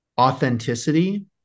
authenticity